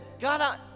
God